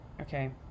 Okay